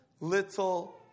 little